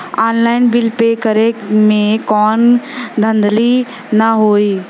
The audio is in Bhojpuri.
ऑनलाइन बिल पे करे में कौनो धांधली ना होई ना?